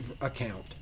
account